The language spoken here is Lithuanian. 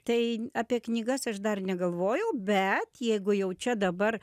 tai apie knygas aš dar negalvojau bet jeigu jau čia dabar